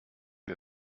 wir